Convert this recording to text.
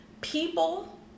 People